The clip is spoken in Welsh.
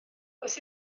oes